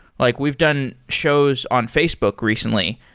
like we've done shows on facebook recently,